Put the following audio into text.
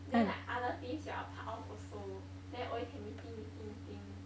then like other things you are a part of also then always have meeting meeting meeting